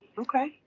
Okay